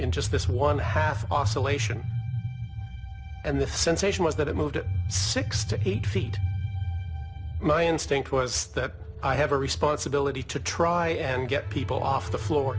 in just this one half oscillation and the sensation was that it moved at six to eight feet my instinct was that i have a responsibility to try and get people off the floor